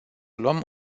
luăm